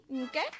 okay